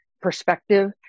perspective